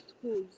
schools